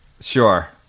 Sure